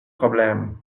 problème